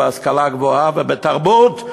בהשכלה הגבוהה ובתרבות.